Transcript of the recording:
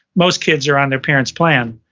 most kids are on their parents' plan.